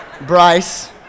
Bryce